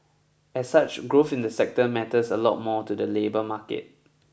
as such growth in the sector matters a lot more to the labour market